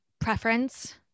preference